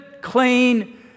clean